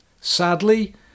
Sadly